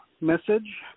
message